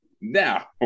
Now